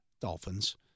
Dolphins